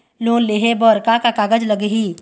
Loan लेहे बर का का कागज लगही?